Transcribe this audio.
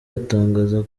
atangaza